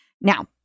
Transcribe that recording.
Now